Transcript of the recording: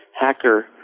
hacker